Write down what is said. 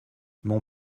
mon